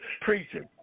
preaching